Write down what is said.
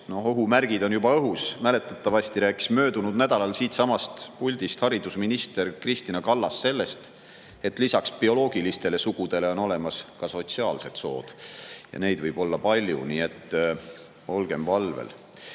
Ohumärgid on juba õhus. Mäletatavasti rääkis möödunud nädalal siinsamas puldis haridusminister Kristina Kallas sellest, et lisaks bioloogilistele sugudele on olemas ka sotsiaalsed sood, ja neid võib olla palju. Nii et olgem valvel! Ja